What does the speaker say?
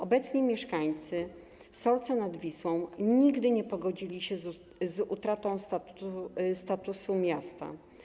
Obecni mieszkańcy Solca nad Wisłą nigdy nie pogodzili się z utratą statusu miasta.